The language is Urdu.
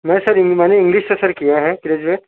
میں سر میں نے انگلش سے سر کیا ہے گریجویٹ